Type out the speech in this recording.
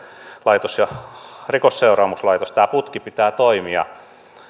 ja rikosseuraamuslaitos tämän putken pitää toimia